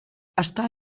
està